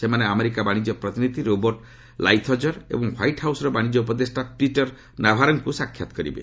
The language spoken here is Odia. ସେମାନେ ଆମେରିକା ବାଣିଜ୍ୟ ପ୍ରତିନିଧି ରୋବଟ ଲାଇଥ୍ଜର ଏବଂ ହ୍ୱାଇଟ୍ ହାଉସ୍ର ବାଣିକ୍ୟ ଉପଦେଷ୍ଟା ପିଟର ନାଭାରଙ୍କୁ ସାକ୍ଷାତ୍ କରିବେ